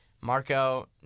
Marco